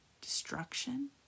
destruction